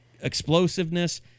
explosiveness